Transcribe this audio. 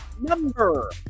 number